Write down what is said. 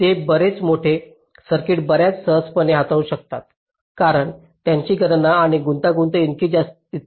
ते बरेच मोठे सर्किट्स बर्याच सहजपणे हाताळू शकतात कारण त्यांची गणना आणि गुंतागुंत इतकी जास्त नाही